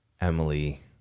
emily